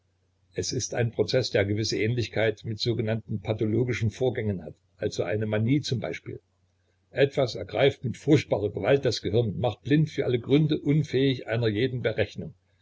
es ist ein prozeß der gewisse ähnlichkeit mit sogenannten pathologischen vorgängen hat also einer manie zum beispiel etwas ergreift mit furchtbarer gewalt das gehirn macht blind für alle gründe unfähig einer jeden berechnung